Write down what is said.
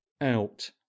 Out